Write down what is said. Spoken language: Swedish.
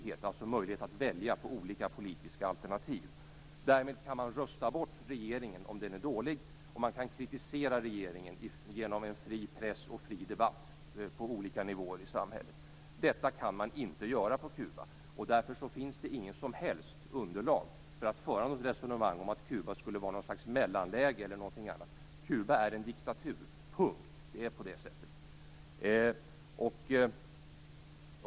Man skall alltså ha möjlighet att välja mellan olika politiska alternativ. Därmed kan man rösta bort regeringen om den är dålig. Och man kan kritisera regeringen genom en fri press och en fri debatt på olika nivåer i samhället. Detta kan man inte göra på Kuba. Därför finns det inget som helst underlag för att föra något resonemang om att Kuba skulle vara något slags mellanläge eller något annat. Kuba är en diktatur - punkt. Det är på det sättet.